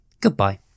Goodbye